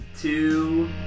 two